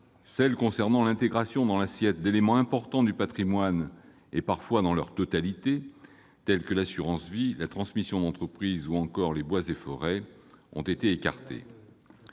mesures portant sur l'intégration dans l'assiette d'éléments importants de patrimoine- parfois dans leur totalité -, comme l'assurance vie, la transmission d'entreprise ou encore les bois et forêts, ont été écartées.